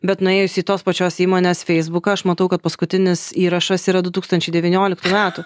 bet nuėjus į tos pačios įmonės feisbuką aš matau kad paskutinis įrašas yra du tūkstančiai devynioliktų metų